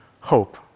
hope